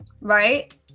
right